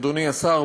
אדוני השר,